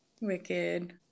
Wicked